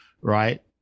right